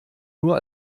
nur